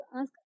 ask